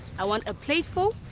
i want a plateful.